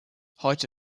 heute